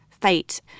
fate